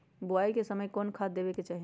बोआई के समय कौन खाद देवे के चाही?